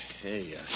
hey